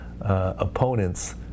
opponents